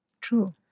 True